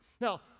Now